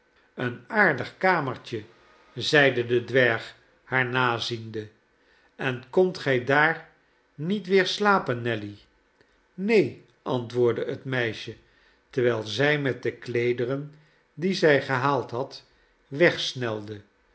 een aardig kamertje zeide de dwerg haar naziende en komt gij daar niet weer slapen nelly neen antwoordde het meisje terwijl zij met de kleederen die zij gehaald had wegsnelde